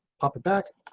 pop it back.